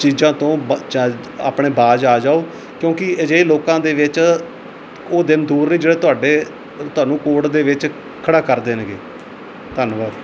ਚੀਜ਼ਾਂ ਤੋਂ ਬਚਾ ਆਪਣੇ ਬਾਜ ਆ ਜਾਓ ਕਿਉਂਕਿ ਅਜਿਹੇ ਲੋਕਾਂ ਦੇ ਵਿੱਚ ਉਹ ਦਿਨ ਦੂਰ ਨਹੀਂ ਜਿਹੜੇ ਤੁਹਾਡੇ ਤੁਹਾਨੂੰ ਕੋਰਟ ਦੇ ਵਿੱਚ ਖੜ੍ਹਾ ਕਰ ਦੇਣਗੇ ਧੰਨਵਾਦ